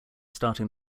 starting